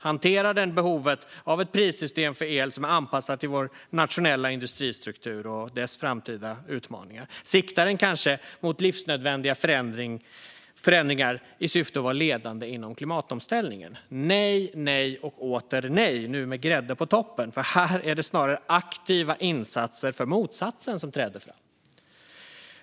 Hanterar den behovet av ett prissystem för el som är anpassat till vår nationella industristruktur och dess framtida utmaningar? Siktar den kanske mot livsnödvändiga förändringar i syfte att vara ledande inom klimatomställningen? Nej, nej och åter nej, nu med grädde på toppen. Här är det snarare aktiva insatser för motsatsen som träder fram.